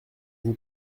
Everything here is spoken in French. vous